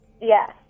Yes